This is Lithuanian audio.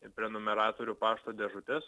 į prenumeratorių pašto dėžutes